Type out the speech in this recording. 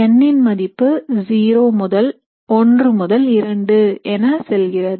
n ன் மதிப்பு 0 முதல் 1 முதல் 2 என செல்கிறது